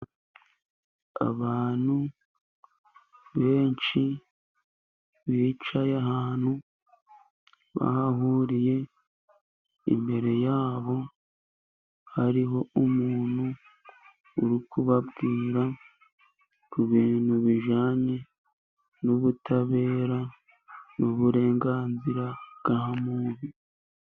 Abantu benshi bicaye ahantu bahahuriye, imbere yabo hariho umuntu uri kubabwira ku bintu bijyanye n'ubutabera n'uburenganzira bwa muntu.